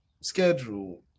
schedule